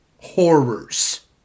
horrors